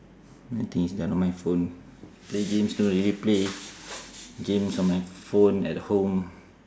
the thing is on my phone play games don't really play games on my phone at home